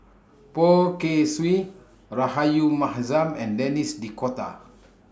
Poh Kay Swee Rahayu Mahzam and Denis D'Cotta